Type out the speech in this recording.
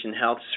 health